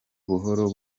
buhoro